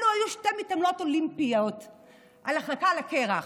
אלו היו שתי מתעמלות אולימפיות בהחלקה על הקרח.